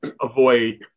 avoid